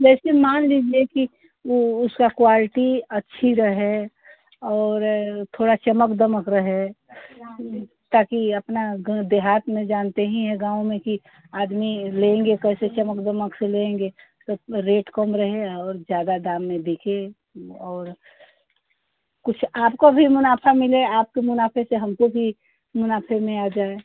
जैसे मान लीजिए कि उ उसका क्वालटी अच्छी रहे और थोड़ा चमक दमक रहे ताकि अपना गा देहात में जानते ही हैं गाँव में की आदमी लेंगे कैसे चमक दमक से लेंगे तो रेट कम रहेगा और ज्यादा दाम में देखिए और कुछ आपको भी मुनाफा मिले आपके मुनाफे से हमको भी मुनाफे में आ जाए